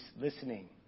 listening